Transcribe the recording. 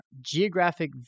geographic